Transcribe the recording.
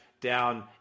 down